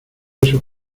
esos